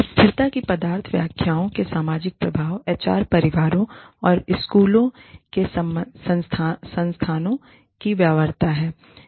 स्थिरता की पदार्थ व्याख्याओं के सामाजिक प्रभाव एचआर परिवारों और स्कूलों के संसाधनों की व्यवहार्यता हैं